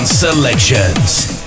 selections